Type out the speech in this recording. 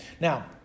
Now